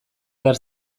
behar